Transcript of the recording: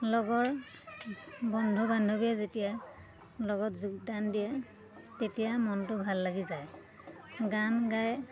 লগৰ বন্ধু বান্ধৱীয়ে যেতিয়া লগত যোগদান দিয়ে তেতিয়া মনটো ভাল লাগি যায় গান গাই